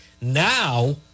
Now